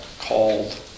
called